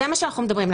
זה מה שאנחנו מדברים,